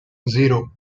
zero